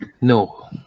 No